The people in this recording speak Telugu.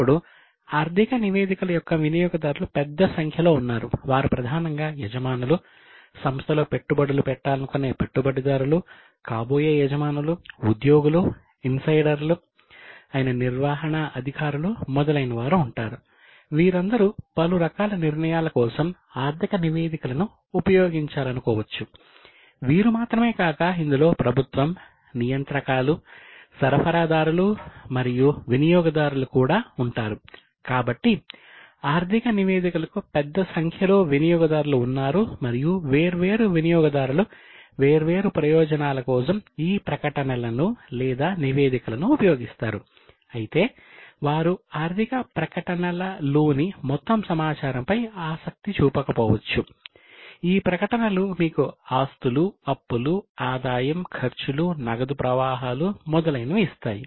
ఇప్పుడు ఆర్థిక నివేదికల యొక్క వినియోగదారులు పెద్ద సంఖ్యలో ఉన్నారు వారు ప్రధానంగా యజమానులు సంస్థలో పెట్టుబడులు పెట్టాలనుకునే పెట్టుబడిదారులు కాబోయే యజమానులు ఉద్యోగులు ఇన్సైడర్లు మొదలైనవి ఇస్తాయి